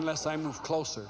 unless i move closer